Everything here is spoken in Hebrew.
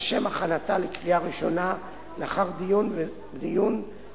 לשם הכנתה לקריאה ראשונה לאחר דיון בוועדה,